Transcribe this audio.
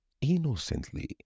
innocently